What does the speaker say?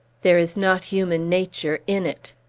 there is not human nature in it.